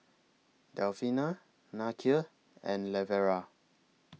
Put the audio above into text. Delfina Nakia and Lavera